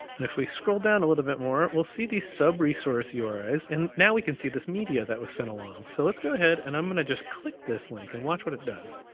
and if we scroll down a little bit more, we'll see these sub resource uris and now we can see this media that was sent along. so let's go ahead, and i'm gonna just click this link, and watch what it does.